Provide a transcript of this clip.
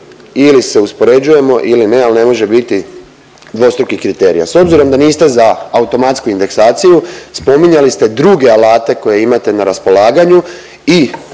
Ili se uspoređujemo ili ne, ali ne može biti dvostrukih kriterija. S obzirom da niste za automatsku indeksaciju, spominjali ste druge alate koje imate na raspolaganju i